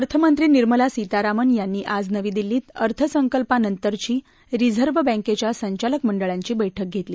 अर्थमंत्री निर्मला सीतारामन यांनी आज नवी दिल्लीत अर्थसंकल्पानंतरची रिझर्व्ह बँकेच्या संचालक मंडळाची बैठक घेतली